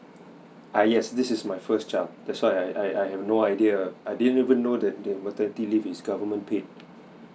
ah yes this is my first child that's why I I I have no idea I didn't even know that the maternity leave is government paid